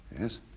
yes